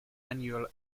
annual